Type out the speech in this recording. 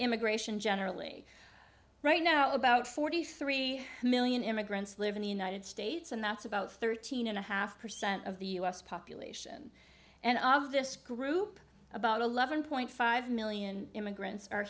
immigration generally right now about forty three million immigrants live in the united states and that's about thirteen and a percent of the u s population and of this group about eleven point five million immigrants are